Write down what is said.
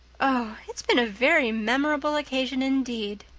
oh, it's been a very memorable occasion indeed.